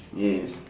yes